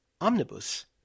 Omnibus